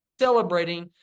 celebrating